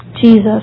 Jesus